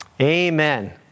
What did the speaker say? Amen